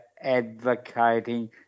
advocating